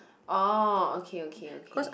oh okay okay okay